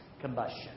Combustion